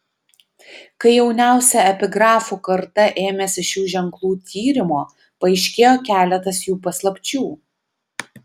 kai jauniausia epigrafų karta ėmėsi šių ženklų tyrimo paaiškėjo keletas jų paslapčių